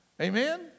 Amen